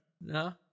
No